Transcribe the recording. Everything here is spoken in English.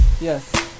yes